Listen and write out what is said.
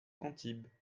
antibes